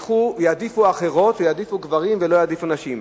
ויעדיפו אחרות ויעדיפו גברים ולא יעדיפו נשים.